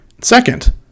Second